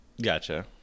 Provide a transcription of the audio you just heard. gotcha